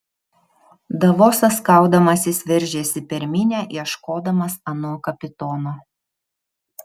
davosas kaudamasis veržėsi per minią ieškodamas ano kapitono